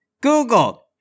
Google